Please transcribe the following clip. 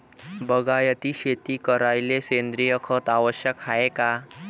बागायती शेती करायले सेंद्रिय खत आवश्यक हाये का?